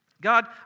God